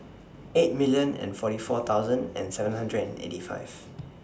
eight million and forty four thousand and seven hundred eighty five